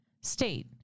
state